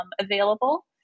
available